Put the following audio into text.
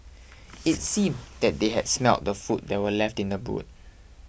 it seemed that they had smelt the food that were left in the boot